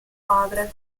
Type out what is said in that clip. padre